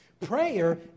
Prayer